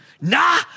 Nah